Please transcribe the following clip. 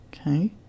Okay